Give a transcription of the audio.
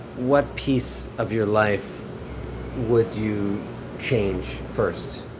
what piece of your life would you change first?